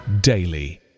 daily